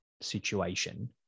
situation